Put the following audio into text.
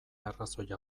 arrazoia